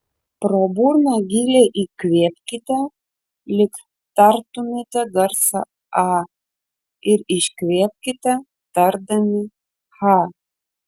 pro burną giliai įkvėpkite lyg tartumėte garsą a ir iškvėpkite tardami cha